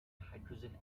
hydrogen